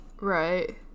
right